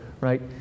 right